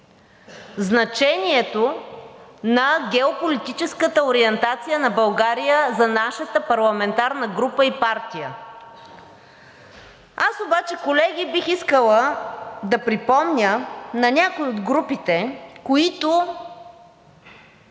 значението на геополитическата ориентация на България за нашата парламентарна група и партия. Аз обаче, колеги, бих искала да припомня на някои от групите, част